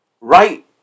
Right